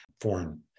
foreign